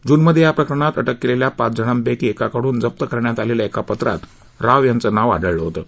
जूनमध्ये या प्रकरणात अटक केलेल्या पाचजणांपैकी एकाकडून जप्त करण्यात आलेल्या एका पत्रात राव यांचं नाव आढळलं होतं